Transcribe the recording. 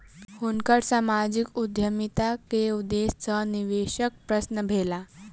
हुनकर सामाजिक उद्यमिता के उदेश्य सॅ निवेशक प्रसन्न भेला